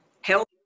health